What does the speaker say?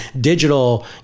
digital